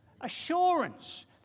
Assurance